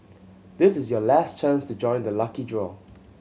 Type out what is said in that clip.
this is your last chance to join the lucky draw